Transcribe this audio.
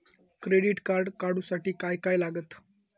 Credit card काढूसाठी काय काय लागत?